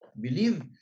Believe